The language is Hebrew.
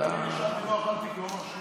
ולא אכלתי כלום.